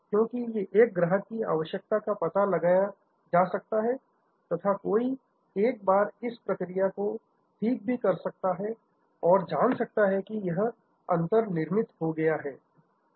क्योंकि एक ग्राहक की आवश्यकता का पता लगाया जा सकता है तथा कोई एक बार इस प्रक्रिया को ठीक भी कर सकता है और जान सकता है कि यह अंतर निर्मित हो गया है